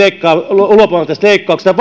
luopumaan tästä leikkauksesta